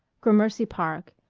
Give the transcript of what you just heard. gramercy park,